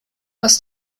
aus